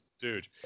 Dude